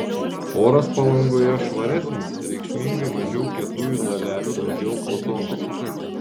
oras palangoje švaresnis reikšmingai mažiau kietųjų dalelių daugiau ozono